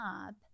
up